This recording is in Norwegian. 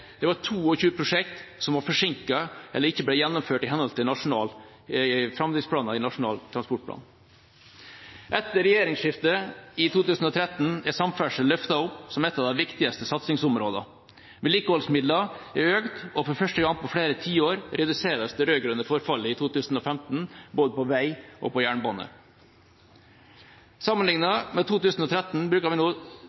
Det var 22 prosjekt som var forsinket eller ikke ble gjennomført i henhold til framdriftsplan i Nasjonal transportplan. Etter regjeringsskiftet i 2013 er samferdsel løftet opp som et av de viktigste satsingsområdene. Vedlikeholdsmidlene er økt, og i 2015, for første gang på flere tiår, reduseres det rød-grønne forfallet både på vei og på jernbane. Sammenlignet med 2013 bruker vi nå